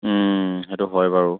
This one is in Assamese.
সেইটো হয় বাৰু